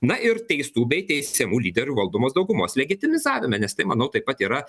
na ir teistų bei teisiamų lyderių valdomos daugumos legitimizavime nes tai manau taip pat yra